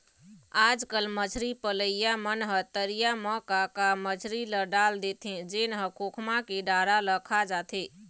आजकल मछरी पलइया मन ह तरिया म का का मछरी ल डाल देथे जेन ह खोखमा के डारा ल खा जाथे